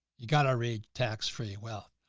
you got to read tax free. well,